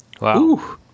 Wow